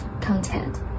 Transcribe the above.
content